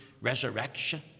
resurrection